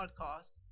podcast